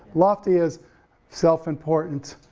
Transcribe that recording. lofty is self-important,